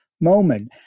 moment